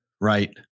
Right